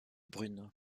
brune